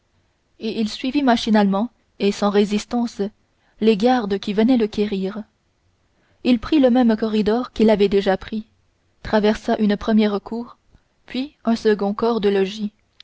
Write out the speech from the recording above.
et il suivit machinalement et sans résistance les gardes qui venaient le quérir il prit le même corridor qu'il avait déjà pris traversa une première cour puis un second corps de logis